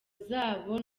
zabo